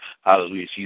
Hallelujah